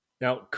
Now